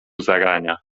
zarania